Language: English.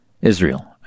Israel